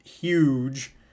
huge